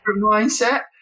mindset